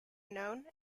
known